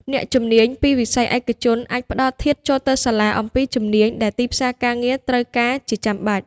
អ្នកជំនាញពីវិស័យឯកជនអាចផ្តល់ធាតុចូលទៅសាលាអំពីជំនាញដែលទីផ្សារការងារត្រូវការជាចាំបាច់។